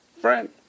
friend